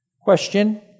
Question